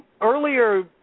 earlier